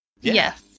Yes